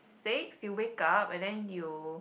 six you wake up and then you